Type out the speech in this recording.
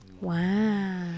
Wow